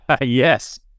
Yes